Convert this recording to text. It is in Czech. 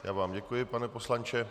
Já vám děkuji, pane poslanče.